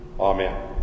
amen